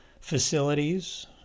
facilities